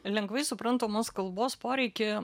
lengvai suprantamos kalbos poreikį